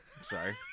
Sorry